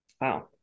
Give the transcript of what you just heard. Wow